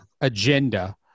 agenda